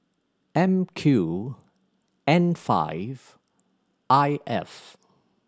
M Q N five I F